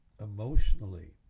emotionally